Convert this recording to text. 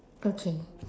okay